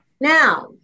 now